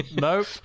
Nope